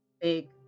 big